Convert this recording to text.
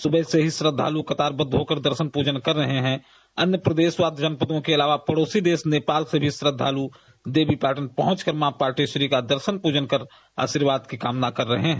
सुबह से ही श्रद्धालु कतार बंद होकर दर्शन पूजन कर रहे हैं अन्य प्रदेश व जनपदों के अलावा पड़ोसी देश नेपाल से भी श्रद्धालु देवीपाटन पहुंचकर मां पाटेश्वरी का दर्शन पूजन कर आशीर्वाद की कामना कर रहे हैं